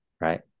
Right